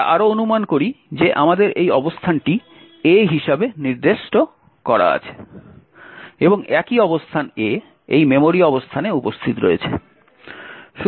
আমরা আরও অনুমান করি যে আমাদের এই অবস্থানটি A হিসাবে নির্দিষ্ট করা আছে এবং একই অবস্থান A এই মেমোরি অবস্থানে উপস্থিত রয়েছে